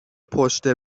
پشت